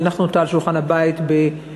הנחנו אותה על שולחן הבית ב-2012,